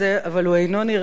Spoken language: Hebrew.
אבל הוא אינו נראה לי,